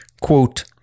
Quote